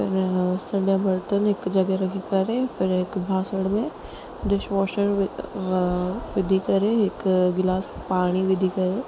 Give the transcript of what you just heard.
फिर उहो सॼा बर्तन हिकु जॻहि रखी करे फिर हिकु ॿासण में डिशवॉशर वि व विझी करे हिकु गिलास पाणी विझी करे